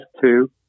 two